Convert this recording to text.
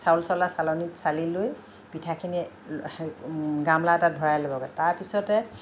চাউল চলা চালনীত চালি লৈ পিঠাখিনি গামলা এটাত ভৰাই ল'ব লাগে তাৰ পিছতে